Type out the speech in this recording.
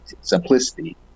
simplicity